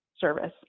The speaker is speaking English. service